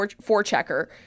four-checker